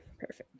Perfect